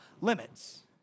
limits